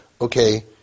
okay